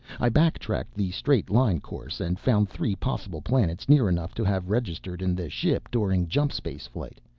i back-tracked the straight-line course and found three possible planets near enough to have registered in the ship during jump-space flight.